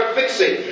fixing